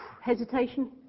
Hesitation